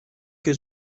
que